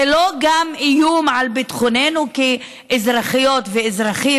זה לא איום על ביטחוננו כאזרחיות וכאזרחים?